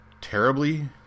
terribly